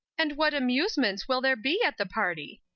and what amusements will there be at the party?